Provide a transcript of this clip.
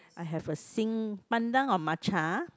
I have a sing~ pandan or matcha